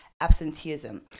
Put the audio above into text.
absenteeism